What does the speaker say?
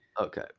Okay